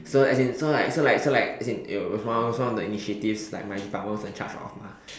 so as in so like so like so like as in it was one of the initiative one of my department was in charge of mah